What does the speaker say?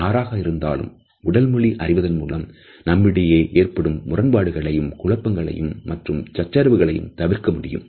யாராக இருந்தாலும் உடல்மொழி அறிவதன் மூலம் நம்மிடையே ஏற்படும் முரண்பாடுகளையும் குழப்பங்களையும்மற்றும் சச்சரவுகளையும் தவிர்க்க முடியும்